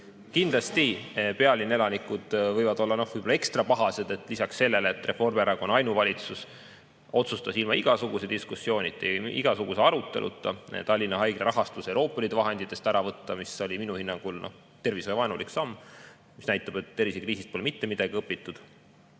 Kindlasti pealinna elanikud võivad olla, noh, võib-olla ekstrapahased, et lisaks sellele, et Reformierakonna ainuvalitsus otsustas ilma igasuguse diskussioonita, igasuguse aruteluta Tallinna Haigla rahastuse Euroopa Liidu vahenditest ära võtta – mis oli minu hinnangul tervishoiuvaenulik samm, mis näitab, et tervisekriisist pole mitte midagi õpitud